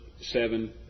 seven